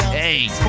hey